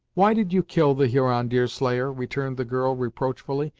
why did you kill the huron, deerslayer returned the girl reproachfully.